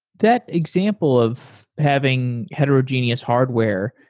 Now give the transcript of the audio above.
that example of having heterogeneous hardware,